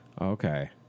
Okay